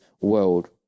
world